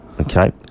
Okay